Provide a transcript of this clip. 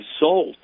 result